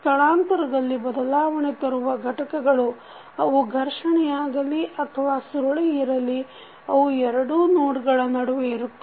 ಸ್ಥಳಾಂತರದಲ್ಲಿ ಬದಲಾವಣೆ ತರುವ ಘಟಕಗಳು ಅವು ಘರ್ಷಣೆಯಾಗಲಿ ಅಥವಾ ಸುರುಳಿ ಇರಲಿ ಅವು ಎರಡೂ ನೋಡ್ಗಳ ನಡುವೆ ಇರುತ್ತವೆ